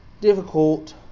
difficult